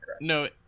No